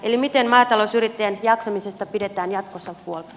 eli miten maatalousyrittäjän jaksamisesta pidetään jatkossa huolta